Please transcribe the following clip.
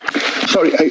Sorry